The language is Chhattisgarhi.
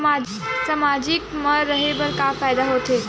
सामाजिक मा रहे बार का फ़ायदा होथे?